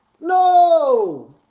No